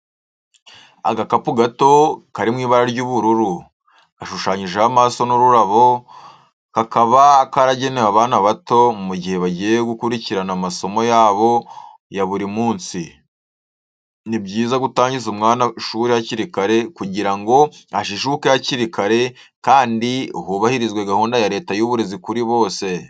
Agakapu gato kari mu ibara ry'ubururu, gashushanyijeho amaso n'ururabo, kakaba karagenewe abana bato mu gihe bagiye gukurikirana amasomo yabo ya buri munsi. Ni byiza gutangiza umwana ishuri hakiri kare kugira ngo ajijuke hakiri kare kandi hubahirizwe gahunda ya Leta y'uburezi kuri bose.